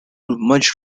much